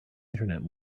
internet